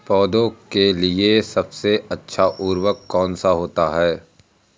पौधे के लिए सबसे अच्छा उर्वरक कौन सा होता है?